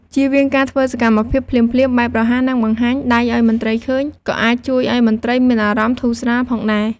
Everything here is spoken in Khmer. ជៀសវាងការធ្វើសកម្មភាពភ្លាមៗបែបរហ័ស និងបង្ហាញដៃឱ្យមន្ត្រីឃើញ ក៏អាចជួយឱ្យមន្ត្រីមានអារម្មណ៍ធូរស្រាលផងដែរ។